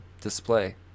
display